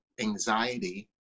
anxiety